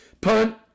Punt